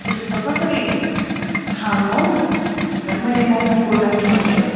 त्यस्तो त कसरी खानु हौ झन् मैले मोमोको लागि भनेर